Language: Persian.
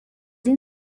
این